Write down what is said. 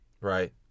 Right